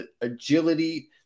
agility